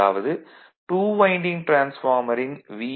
அதாவது 2 வைண்டிங் டிரான்ஸ்பார்மரின் வி